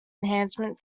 enhancement